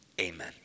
Amen